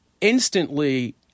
instantly